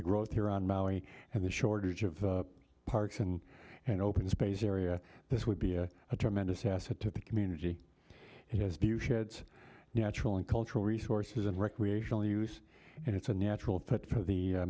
the growth here on maui and the shortage of parks and an open space area this would be a tremendous asset to the community has been shared natural and cultural resources and recreational use and it's a natural fit for the